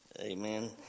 amen